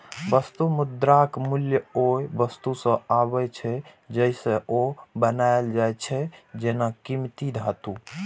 वस्तु मुद्राक मूल्य ओइ वस्तु सं आबै छै, जइसे ओ बनायल जाइ छै, जेना कीमती धातु